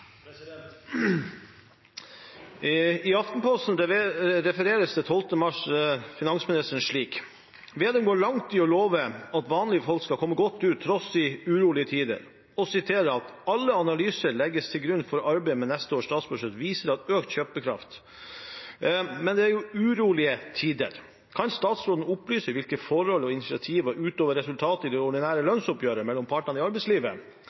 tross for urolige tider" og siterer at "–Alle analyser vi legger til grunn for arbeidet med neste års statsbudsjett, viser økt kjøpekraft. Men det er jo urolige tider." Kan statsråden opplyse hvilke forhold og initiativer, ut over resultatet av det ordinære lønnsoppgjøret mellom partene i arbeidslivet,